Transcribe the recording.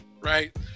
right